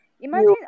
imagine